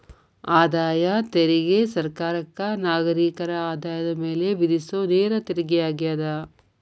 ಆದಾಯ ತೆರಿಗೆ ಸರ್ಕಾರಕ್ಕ ನಾಗರಿಕರ ಆದಾಯದ ಮ್ಯಾಲೆ ವಿಧಿಸೊ ನೇರ ತೆರಿಗೆಯಾಗ್ಯದ